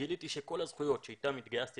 גיליתי שכל הזכויות שאתן התגייסתי